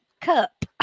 cup